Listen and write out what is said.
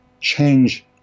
change